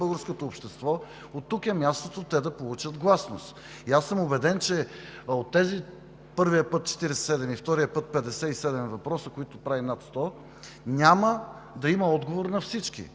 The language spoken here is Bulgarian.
българското общество, оттук е мястото те да получат гласност. Убеден съм, че от тези – първия път 47, а втория път – 57 въпроса, които правят над 100, няма да има отговор на всички.